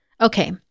Okay